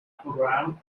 program